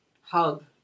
Hug